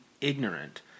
ignorant